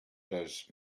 does